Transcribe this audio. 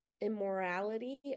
immorality